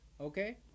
Okay